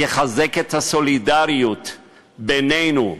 יחזק את הסולידריות בינינו,